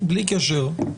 בלי קשר,